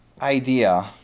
idea